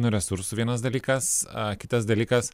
nuo resursų vienas dalykas a kitas dalykas